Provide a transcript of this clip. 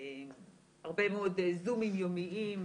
הרבה מאוד זומים יומיים,